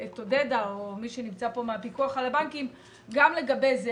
עודדה או מי שנמצא פה מהפיקוח על הבנקים גם לגבי זה.